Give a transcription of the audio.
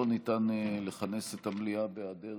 לא ניתן לכנס את המליאה בהיעדר